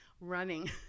running